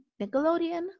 Nickelodeon